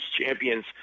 champions